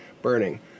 burning